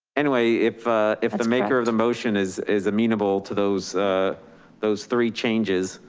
anyway if ah if the maker of the motion is is amenable to those those three changes,